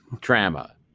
trauma